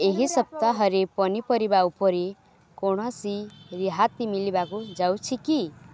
ଏହି ସପ୍ତାହରେ ପନିପରିବା ଉପରେ କୌଣସି ରିହାତି ମିଳିବାକୁ ଯାଉଛି କି